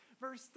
Verse